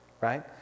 Right